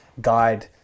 guide